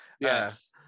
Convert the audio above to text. yes